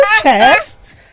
chest